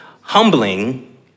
Humbling